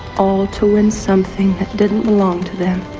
all to win something that didn't belong to them.